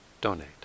donate